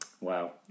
Wow